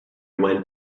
went